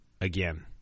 again